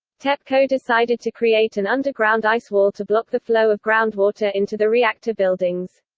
tepco decided to create an underground ice wall to block the flow of groundwater into the reactor buildings.